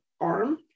arm